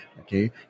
Okay